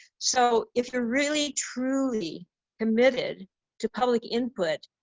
so if you're really, truly committed to public input,